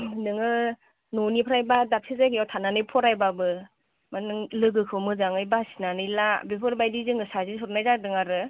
नोङो न'निफ्राय बा दाबसे जायगायाव थानानै फरायबाबो माने नोङो लोगोखौ मोजाङै बासिनानै ला बेफोरबायदि जोङो साजेस्ट हरनाय जादों आरो